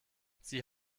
sie